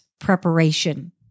preparation